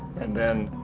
and then,